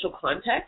context